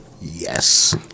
Yes